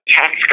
tax